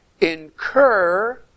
incur